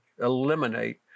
eliminate